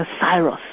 Cyrus